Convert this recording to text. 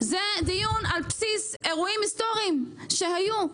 זה דיון על בסיס אירועים היסטוריים שהיו.